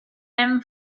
him